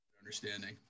understanding